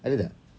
ada tak